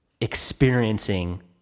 experiencing